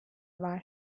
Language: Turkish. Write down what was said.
var